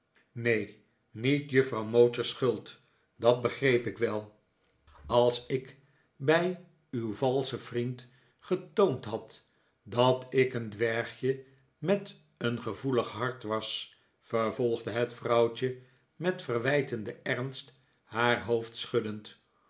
neen niet juffrouw mowcher's schuld dat begreep ik wel als ik bij uw valschen vriend getoond had dat ik een dwergje met een gevoelig hart was vervolgde het vrouwtje met verwijtenden ernst haar hoofd schuddend